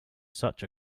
such